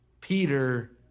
Peter